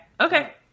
Okay